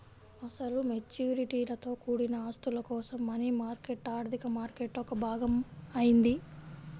అసలు మెచ్యూరిటీలతో కూడిన ఆస్తుల కోసం మనీ మార్కెట్ ఆర్థిక మార్కెట్లో ఒక భాగం అయింది